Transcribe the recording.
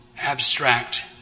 abstract